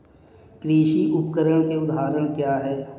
कृषि उपकरण के उदाहरण क्या हैं?